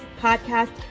podcast